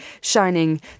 shining